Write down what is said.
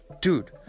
Dude